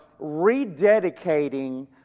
rededicating